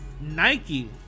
nike